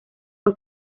fue